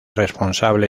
responsable